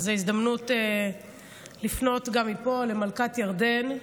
זו הזדמנות לפנות גם מפה למלכת ירדן,